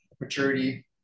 maturity